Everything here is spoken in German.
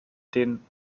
den